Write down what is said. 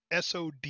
SOD